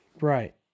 Right